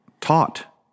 taught